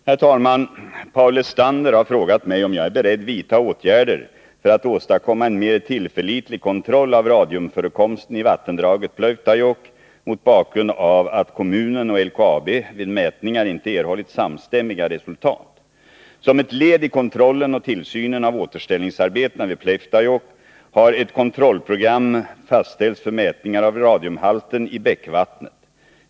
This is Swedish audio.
Herr talman! Paul Lestander har frågat mig om jag är beredd vidta åtgärder för att åstadkomma en mer tillförlitlig kontroll av radiumförekomsten i vattendraget Pleutajokk mot bakgrund av att kommunen och LKAB vid mätningar inte erhållit samstämmiga resultat. Som ett led i kontrollen och tillsynen av återställningsarbetena vid Pleutajokk har ett kontrollprogram fastställts för mätningar av radiumhalten i bäckvattnet.